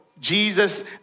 Jesus